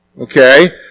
Okay